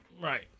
Right